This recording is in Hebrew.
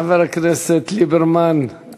חבר הכנסת ליברמן,